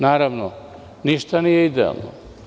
Naravno, ništa nije idealno.